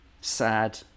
sad